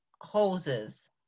hoses